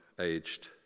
aged